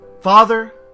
Father